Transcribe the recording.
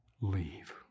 leave